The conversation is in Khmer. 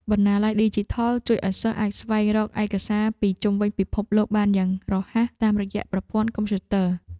បណ្ណាល័យឌីជីថលជួយឱ្យសិស្សអាចស្វែងរកឯកសារពីជុំវិញពិភពលោកបានយ៉ាងរហ័សតាមរយៈប្រព័ន្ធកុំព្យូទ័រ។